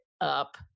up